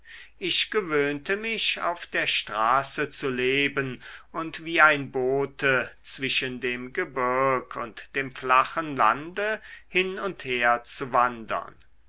ich gewöhnte mich auf der straße zu leben und wie ein bote zwischen dem gebirg und dem flachen lande hin und her zu wandern